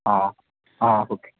ఆఫ్కి